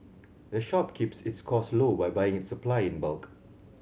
the shop keeps its costs low by buying its supply in bulk